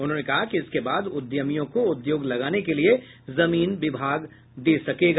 उन्होंने कहा कि इसके बाद उद्यमियों को उद्योग लगाने के लिए विभाग जमीन दे सकेगा